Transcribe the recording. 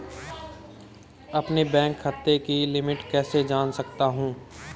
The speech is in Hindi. अपने बैंक खाते की लिमिट कैसे जान सकता हूं?